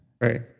Right